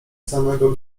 samego